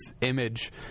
image